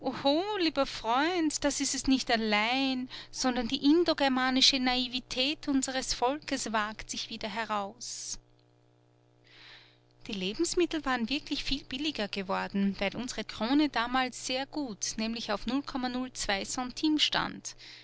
lieber freund das ist es nicht allein sondern die indogermanische naivität unseres volkes wagt sich wieder heraus die lebensmittel waren wirklich viel billiger geworden weil unsere krone damals sehr gut nämlich auf centime stand